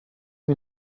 you